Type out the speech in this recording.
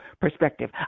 perspective